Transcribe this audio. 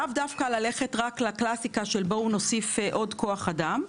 לאו דווקא רק ללכת לקלאסיקה של הוספת כוח אדם.